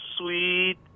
sweet